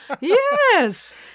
Yes